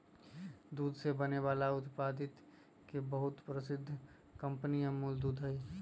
दूध से बने वाला उत्पादित के बहुत प्रसिद्ध कंपनी अमूल दूध हई